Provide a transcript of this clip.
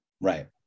Right